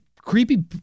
creepy